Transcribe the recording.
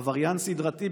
עבריין סדרתי,